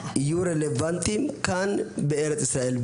יהיו רלוונטיים כאן בארץ ישראל.